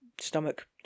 stomach